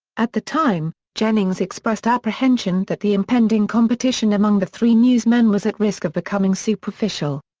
at the time, jennings expressed apprehension that the impending competition among the three newsmen was at risk of becoming superficial.